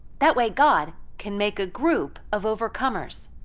that way god can make a group of overcomers.